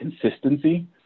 consistency